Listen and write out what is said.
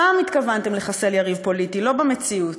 שם התכוונתם לחסל יריב פוליטי, לא במציאות.